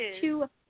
two